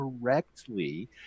correctly